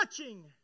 watching